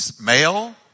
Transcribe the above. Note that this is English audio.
Male